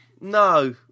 no